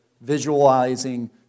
visualizing